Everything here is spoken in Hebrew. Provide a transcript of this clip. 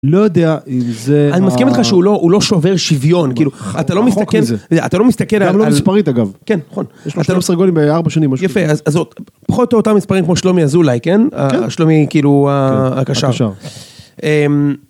לא יודע אם זה... אני מסכים איתך שהוא לא שובר שוויון, כאילו, אתה לא מסתכל... אתה לא מסתכל על... גם לא מספרית, אגב. כן, נכון. יש 13 גולים ב-4 שנים, משהו כזה. יפה, אז זאת... פחות או אותם מספרים כמו שלומי אזולאי, כן? כן. שלומי, כאילו, הקשר.